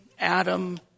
Adam